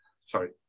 sorry